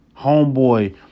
Homeboy